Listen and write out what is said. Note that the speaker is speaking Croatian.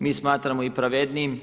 Mi smatramo i pravednijim.